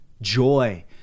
joy